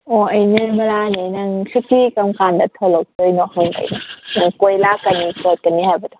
ꯑꯣ ꯅꯤꯔꯃꯂꯥꯅꯦ ꯅꯪ ꯁꯨꯇꯤ ꯀꯔꯝ ꯀꯥꯟꯗ ꯊꯣꯂꯛꯇꯣꯏꯅꯣ ꯍꯪꯉꯛꯏꯅꯦ ꯅꯪ ꯀꯣꯏ ꯂꯥꯛꯀꯅꯤ ꯈꯣꯠꯀꯅꯤ ꯍꯥꯏꯕꯗꯣ